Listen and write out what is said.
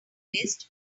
list